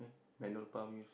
manual pump use